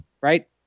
right